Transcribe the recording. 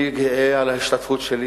אני גאה על ההשתתפות שלי.